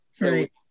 Right